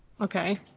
Okay